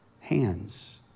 hands